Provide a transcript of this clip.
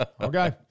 Okay